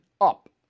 up